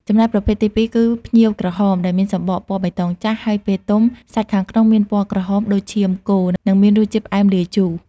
ចំណែកប្រភេទទីពីរគឺ ផ្ញៀវក្រហម ដែលមានសំបកពណ៌បៃតងចាស់ ហើយពេលទុំសាច់ខាងក្នុងមានពណ៌ក្រហមដូចឈាមគោ និងមានរសជាតិផ្អែមលាយជូរ។